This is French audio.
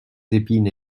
épines